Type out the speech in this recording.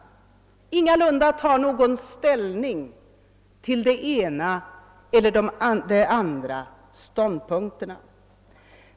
Det är ingalunda fråga om att ge den ena eller den andra ståndpunkten.